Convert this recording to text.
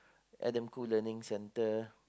Adam-Khoo learning center